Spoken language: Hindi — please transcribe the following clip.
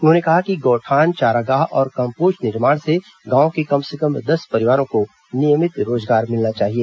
उन्होंने कहा कि गौठान चारागाह और कम्पोस्ट निर्माण से गांव के कम से कम दस परिवारों को नियमित रोजगार मिलना चाहिए